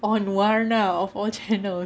on warna of all channels